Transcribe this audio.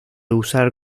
usar